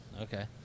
Okay